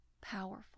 powerful